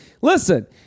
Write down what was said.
listen